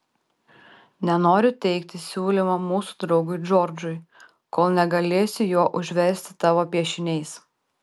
nenoriu teikti siūlymo mūsų draugui džordžui kol negalėsiu jo užversti tavo piešiniais